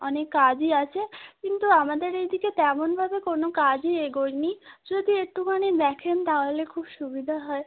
অনেক কাজই আছে কিন্তু আমাদের এই দিকে তেমনভাবে কোনো কাজই এগোয় নি যদি একটুখানি দেখেন তাহলে খুব সুবিধা হয়